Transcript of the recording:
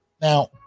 Now